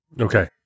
Okay